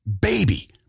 baby